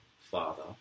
Father